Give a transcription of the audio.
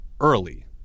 early